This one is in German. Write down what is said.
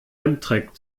amtrak